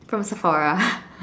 from Sephora